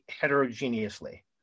heterogeneously